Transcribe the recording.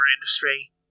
industry